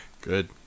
Good